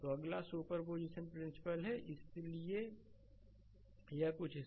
तो अगला superposition principle है इसलिए यह कुछ इस तरह है